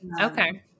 Okay